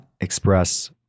express